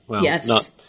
Yes